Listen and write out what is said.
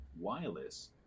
wireless